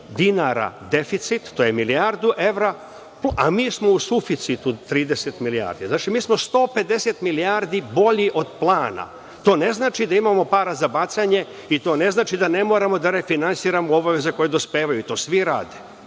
dinara deficit, to je milijardu evra, a mi smo u suficitu 30 milijardi. Znači, mi smo 150 milijardi bolji od plana. To ne znači da imamo para za bacanje i to ne znači da ne moramo da refinansiramo obaveze koje dospevaju, to svi rade. To